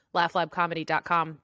laughlabcomedy.com